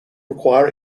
require